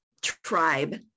tribe